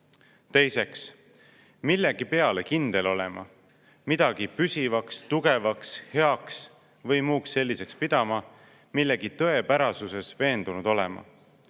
teiseks, millegi peale kindel olema, midagi püsivaks, tugevaks, heaks või muuks selliseks pidama, millegi tõepärasuses veendunud olema;